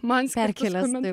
man perkeliant mane